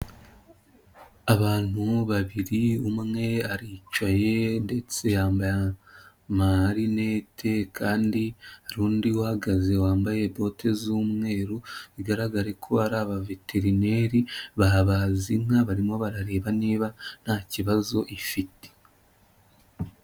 Abantu babiri, umwe aricaye ndetse yambaye amarinete kandi hari undi uhagaze wambaye bote z'umweru, bigaragare ko ari abaveterineri, bahabaze inka, barimo barareba niba nta kibazo ifite.